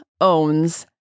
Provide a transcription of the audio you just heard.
owns